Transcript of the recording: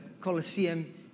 Colosseum